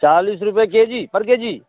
चालीस रुपये K G पर के जी